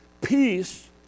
peace